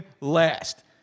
last